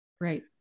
Right